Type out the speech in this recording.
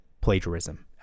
plagiarism